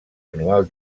anual